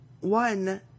one